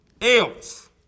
else